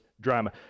drama